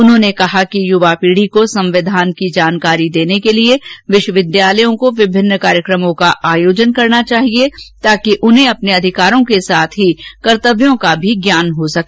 उन्होंने कहा कियुवा पीढ़ी को संविधान की जानकारी देने के लिए विश्वविद्यालयों को विभिन्न कार्यक्रमों का आयोजन करना चाहिए ताकि उन्हें अपने अधिकारों के साथ ही कर्तव्यों का भी ज्ञान हो सके